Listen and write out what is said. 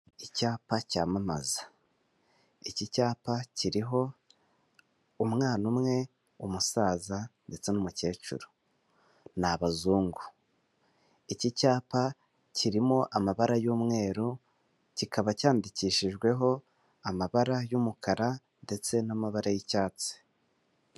Icyapa cyamamaza, iki cyapa kiriho umwana umwe, umusaza ndetse n'umukecuru n'abazungu. Iki cyapa kirimo amabara y'umweru kikaba cyandikishijweho amabara y'umukara ndetse n'amabara y'icyatsi.